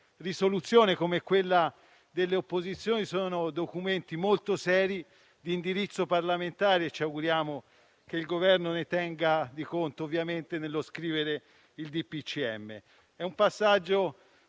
risoluzione e quella delle opposizioni sono documenti molto seri di indirizzo parlamentare. Ci auguriamo che il Governo ne tenga conto nello scrivere il DPCM. Questo è un passaggio